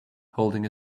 holding